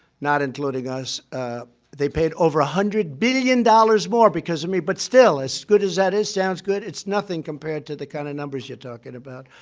not including us they paid over one hundred billion dollars more because of me. but still, as good as that is sounds good it's nothing compared to the kind of numbers you're talking about.